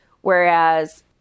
Whereas